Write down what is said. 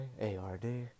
A-R-D